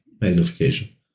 magnification